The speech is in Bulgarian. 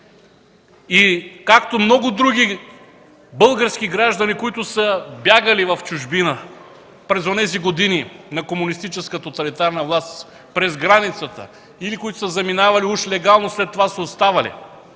Както много други български граждани, които са бягали в чужбина през онези години на комунистическа тоталитарна власт през границата или са заминавали уж легално, а след това са оставали,